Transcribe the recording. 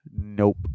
Nope